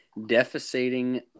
defecating